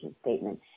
statement